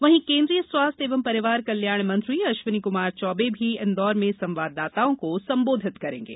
वहीं केन्द्रीय स्वास्थ्य एवं परिवार कल्याण मंत्री अश्विनी कुमार चौबे भी इन्दौर में संवाददाताओं को संबोधित करेंगे